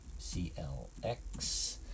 CLX